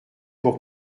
pour